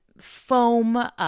foam –